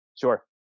Sure